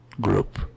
group